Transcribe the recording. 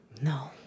No